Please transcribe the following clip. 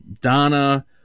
Donna